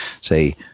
say